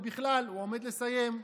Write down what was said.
ובכלל הוא עומד לסיים.